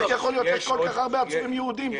איך יכול להיות שכל כך הרבה עצורים יהודים?